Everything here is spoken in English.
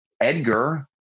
Edgar